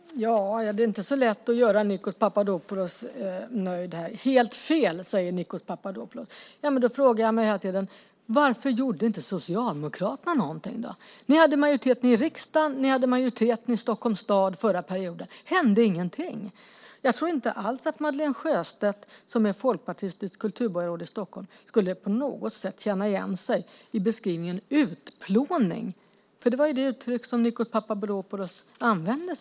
Herr talman! Det är inte lätt att göra Nikos Papadopoulos nöjd. Helt fel, säger Nikos Papadopoulos. Då frågar jag mig: Varför gjorde inte Socialdemokraterna någonting? Ni hade majoritet i riksdagen och i Stockholms stad förra mandatperioden. Det hände ingenting. Jag tror inte alls att Madeleine Sjöstedt, som är folkpartistiskt kulturborgarråd i Stockholm, på något sätt skulle känna igen beskrivningen "utplåning", som är det uttryck som Nikos Papadopoulos använder.